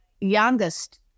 Youngest